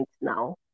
now